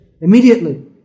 immediately